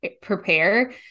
prepare